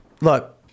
look